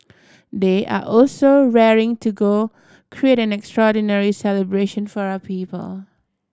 they are also raring to go create an extraordinary celebration for our people